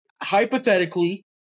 hypothetically